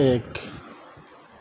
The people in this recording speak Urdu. ایک